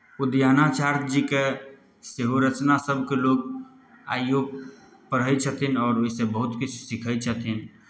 उदयनाचार्य जीके सेहो रचनासभकेँ लोक आइयो पढ़ै छथिन आओर ओहिसँ बहुत किछु सिखै छथिन